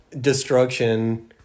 destruction